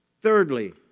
Thirdly